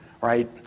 right